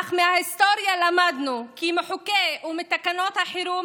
אך מההיסטוריה למדנו כי מחוקי החירום